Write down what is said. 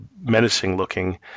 menacing-looking